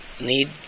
need